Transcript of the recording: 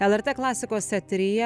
lrt klasikos eteryje